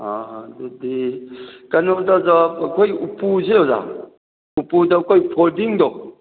ꯑꯥ ꯑꯗꯨꯗꯤ ꯀꯩꯅꯣꯗ ꯑꯣꯖꯥ ꯑꯩꯈꯣꯏ ꯎꯄꯨꯁꯦ ꯑꯣꯖꯥ ꯎꯄꯨꯗ ꯑꯩꯈꯣꯏ ꯐꯣꯜꯗꯤꯡꯗꯣ